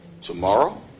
tomorrow